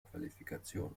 qualifikation